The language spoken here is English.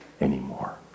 anymore